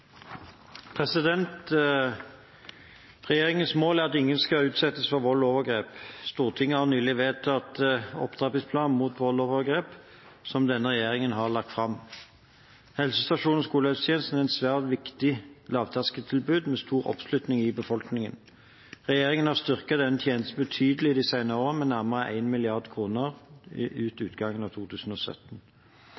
at ingen skal utsettes for vold og overgrep. Stortinget har nylig vedtatt Opptrappingsplan mot vold og overgrep, som denne regjeringen har lagt fram. Helsestasjons- og skolehelsetjenesten er et svært viktig lavterskeltilbud med stor oppslutning i befolkningen. Regjeringen har styrket denne tjenesten betydelig i de senere årene med nærmere én milliard kroner ved utgangen av 2017. Alle undersøkelser og all helsehjelp i